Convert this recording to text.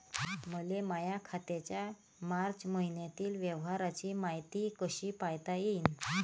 मले माया खात्याच्या मार्च मईन्यातील व्यवहाराची मायती कशी पायता येईन?